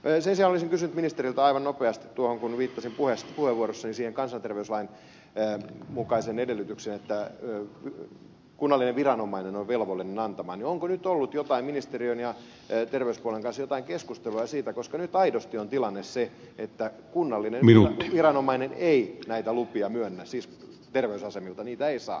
sen sijaan olisin kysynyt ministeriltä aivan nopeasti tuohon kun viittasin puheenvuorossani siihen kansanterveyslain mukaiseen edellytykseen että kunnallinen viranomainen on velvollinen antamaan todistuksen niin onko nyt ollut ministeriön ja terveyspuolen kesken jotain keskustelua siitä koska nyt aidosti on tilanne se että kunnallinen viranomainen ei näitä lupia myönnä siis terveysasemilta niitä ei saa